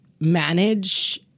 manage